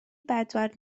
bedwar